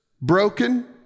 broken